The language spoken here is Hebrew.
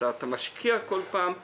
אתה משקיע בכל פעם מחדש,